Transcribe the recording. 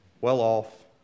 well-off